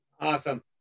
awesome